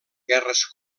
guerres